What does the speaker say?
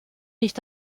nicht